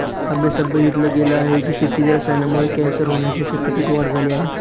अभ्यासात बघितल गेल आहे की, शेतीत रसायनांमुळे कॅन्सर होण्याच्या शक्यतेत वाढ झाली आहे